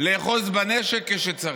לאחוז בנשק כשצריך.